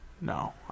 No